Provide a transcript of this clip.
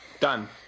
Done